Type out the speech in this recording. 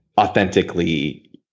authentically